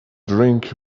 drink